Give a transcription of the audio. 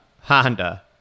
Honda